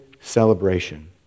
celebration